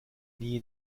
nie